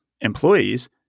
employees